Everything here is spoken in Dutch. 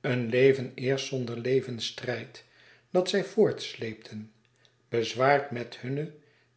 een leven eerst zonder levensstrijd dat zij voortsleepten bezwaard met hunne